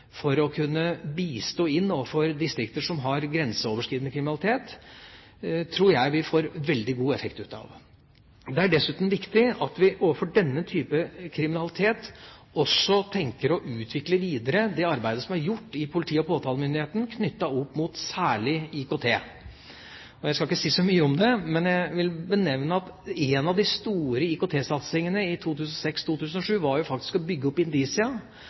for å kunne bistå distrikter som har grenseoverskridende kriminalitet. Det tror jeg vi vil få veldig god effekt av. Det er dessuten viktig at vi når det gjelder denne type kriminalitet, også tenker å utvikle videre det arbeidet som er gjort i politi- og påtalemyndigheten knyttet opp mot særlig IKT. Jeg skal ikke si så mye om dette, men jeg vil nevne at en av de store IKT-satsingene i 2006–2007 var jo faktisk å bygge opp